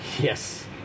Yes